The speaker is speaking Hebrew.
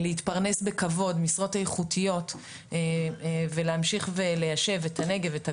להתפרנס בכבוד משרות איכותיות ולהמשיך וליישב את הנגב את הגליל,